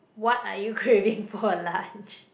what are you craving for lunch